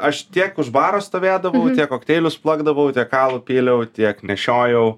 aš tiek už baro stovėdavau tiek kokteilius plakdavau tiek alų pyliau tiek nešiojau